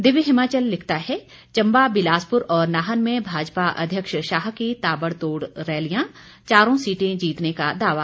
दिव्य हिमाचल लिखता है चंबा बिलासपुर और नाहन में भाजपा अध्यक्ष शाह की ताबड़तोड़ रैलियां चारों सीटें जीतने का दावा